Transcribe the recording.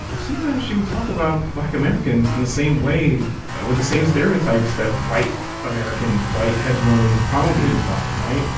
sometimes, she would talk about black americans in the same way with the same stereotypes that white americans, white hegemony, has promulgated about them, right?